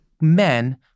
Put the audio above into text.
men